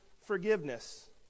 forgiveness